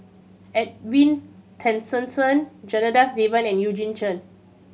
Edwin Tessensohn Janadas Devan and Eugene Chen